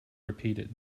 repeated